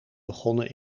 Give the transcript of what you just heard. begonnen